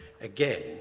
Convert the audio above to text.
again